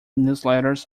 newsletters